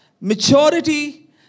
maturity